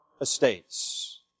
estates